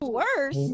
worse